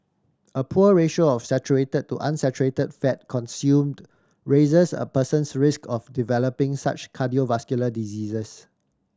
a poor ratio of saturate to unsaturate fat consumed raises a person's risk of developing such cardiovascular diseases